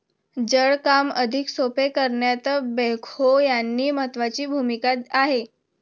जड काम अधिक सोपे करण्यात बेक्हो यांची महत्त्वाची भूमिका आहे